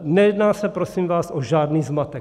Nejedná se, prosím vás, o žádný zmatek.